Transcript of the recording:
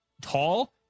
tall